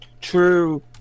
true